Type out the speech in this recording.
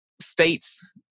states